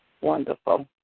wonderful